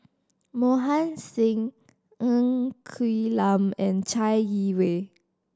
Mohan Singh Ng Quee Lam and Chai Yee Wei